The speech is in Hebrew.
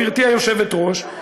גברתי היושבת-ראש,